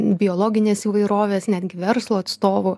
biologinės įvairovės netgi verslo atstovų